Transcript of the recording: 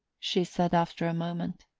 she said after a moment.